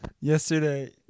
yesterday